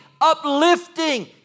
uplifting